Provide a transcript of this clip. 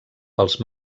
pels